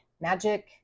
magic